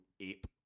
ape